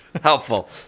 Helpful